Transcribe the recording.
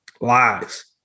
lies